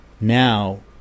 now